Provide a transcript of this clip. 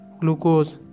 glucose